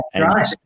right